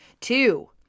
Two